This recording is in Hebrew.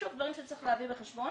אלה דברים שצריך להביא בחשבון.